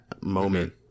moment